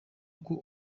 uko